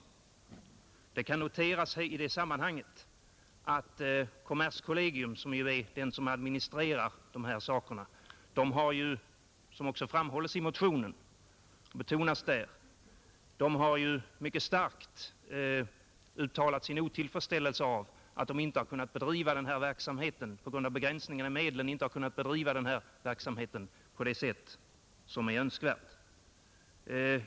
bygdens elektrifi Det kan i det sammanhanget noteras att kommerskollegium, som ering administrerar de här sakerna, har — såsom också betonats i motionen — mycket starkt uttalat sin otillfredsställelse med att denna verksamhet på grund av begränsningar i medelstilldelningen inte kunnat bedrivas på det sätt som är önskvärt.